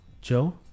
Joe